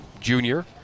junior